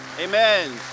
Amen